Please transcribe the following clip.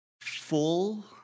full